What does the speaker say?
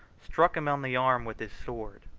struck him on the arm with his sword.